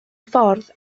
ffordd